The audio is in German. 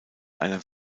einer